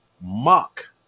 mock